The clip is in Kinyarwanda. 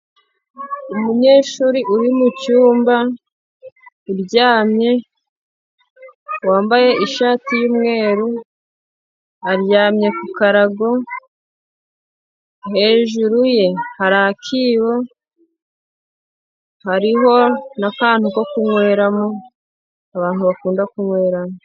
Umunyeshuri uri mu cyumba uryamye wambaye ishati y'umweru, aryamye ku karago hejuru ye hari akibo hariho n'akantu ko kunyweramo, abantu bakunda kunyweramo.